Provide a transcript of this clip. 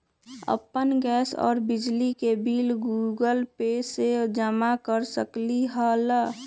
अपन गैस और बिजली के बिल गूगल पे से जमा कर सकलीहल?